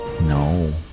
No